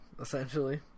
essentially